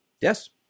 Yes